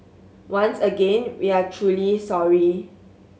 once again we are truly sorry